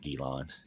Elon